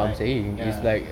like ya